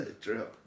True